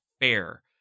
fair